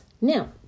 now